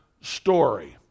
story